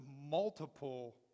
multiple